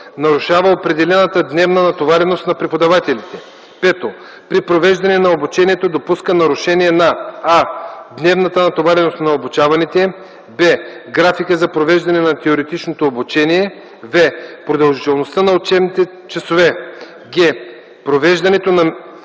нарушава определената дневна натовареност на преподавателите; 5. при провеждане на обучението допуска нарушение на: а) дневната натовареност на обучаваните; б) графика за провеждане на теоретичното обучение; в) продължителността на учебните часове; г) провеждането на